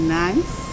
nice